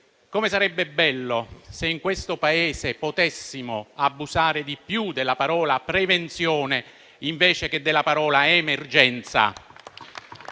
Come sarebbe bello se in questo Paese potessimo abusare di più della parola "prevenzione" invece che della parola "emergenza".